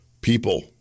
people